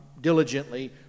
diligently